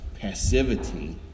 passivity